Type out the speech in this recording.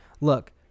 look